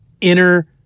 inner